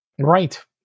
right